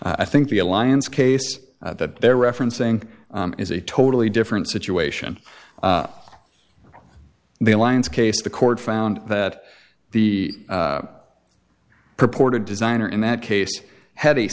i think the alliance case that they're referencing is a totally different situation the alliance case the court found that the purported designer in that case had a